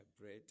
bread